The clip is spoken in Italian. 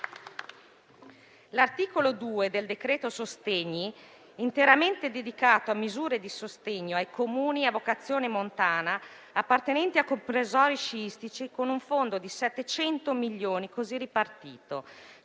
L'articolo 2 del decreto sostegni è interamente dedicato a misure di sostegno ai Comuni a vocazione montana appartenenti a comprensori sciistici, con un fondo di 700 milioni così ripartito: